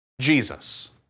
Jesus